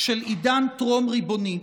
של עידן טרום-ריבוני.